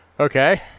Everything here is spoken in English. Okay